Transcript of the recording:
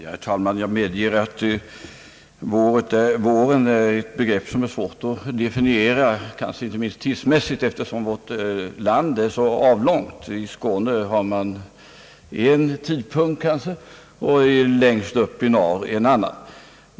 Herr talman! Jag medger att det kanske inte minst tidsmässigt är svårt att definiera begreppet våren, eftersom vårt land är så avlångt. I Skåne kommer våren vid en tidpunkt och längst uppe i norr vid en annan.